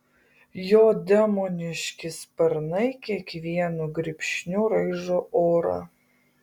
jo demoniški sparnai kiekvienu grybšniu raižo orą